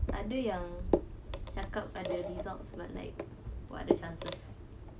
ada yang cakap ada results but like what are the chances